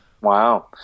Wow